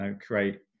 create